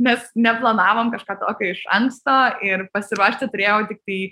mes neplanavom kažką tokio iš anksto ir pasiruošti turėjau tiktai